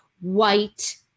white